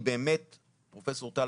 פרופ' טל,